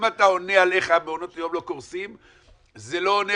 אם אתה עונה על איך מעונות היום לא קורסים זה לא עונה